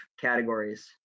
categories